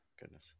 Goodness